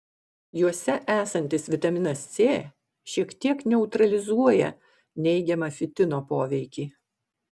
juose esantis vitaminas c šiek tiek neutralizuoja neigiamą fitino poveikį